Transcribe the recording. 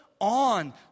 on